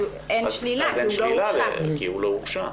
אז אין שלילה כי הוא לא הורשע.